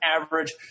average